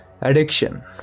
addiction